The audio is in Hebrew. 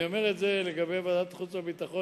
אני אומר את זה לגבי ועדת החוץ והביטחון,